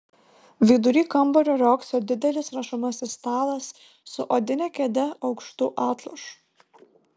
vidury kambario riogso didelis rašomasis stalas su odine kėde aukštu atlošu